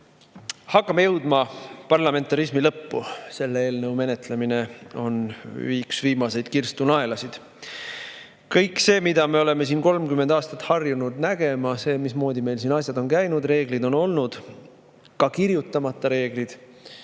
Hakkame jõudma parlamentarismi lõppu, selle eelnõu menetlemine on üks viimaseid kirstunaelasid. Kõik see, mida me oleme siin 30 aastat harjunud nägema, see, mismoodi meil siin asjad on käinud – reeglid on olnud, ka kirjutamata reeglid